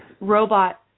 robot